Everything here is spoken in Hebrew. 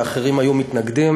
הגדולה, ואחרים היו מתנגדים.